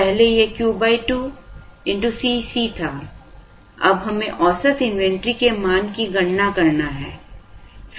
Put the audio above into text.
पहले यह Q 2 Cc था अब हमें औसत इन्वेंट्री के मान की गणना करना है